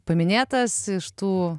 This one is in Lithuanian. paminėtas iš tų